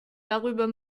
darüber